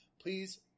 Please